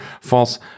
false